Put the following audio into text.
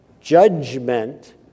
judgment